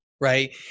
Right